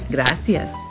Gracias